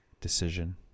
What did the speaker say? decision